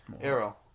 arrow